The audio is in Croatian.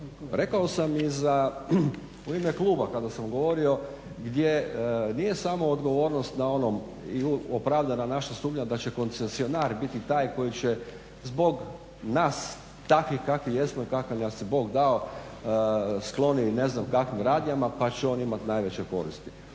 Rekao sam i u ime kluba kada sam govorio gdje nije samo odgovornost na onom i opravdana naša sumnja da će koncesionar biti taj koji će zbog nas takvih kakvi jesmo i kakvim nas je Bog dao skloni ne znam kakvim radnjama pa će on imati najveće koristi.